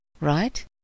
right